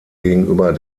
gegenüber